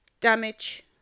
damage